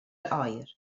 oer